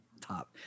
top